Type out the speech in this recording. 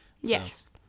Yes